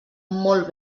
molt